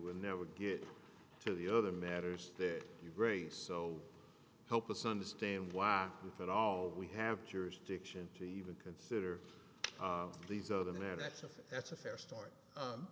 will never get to the other matters that you grace so help us understand why if at all we have jurisdiction to even consider these other now that's a that's a fair start